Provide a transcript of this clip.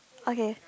okay